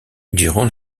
durant